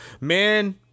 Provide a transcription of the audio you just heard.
man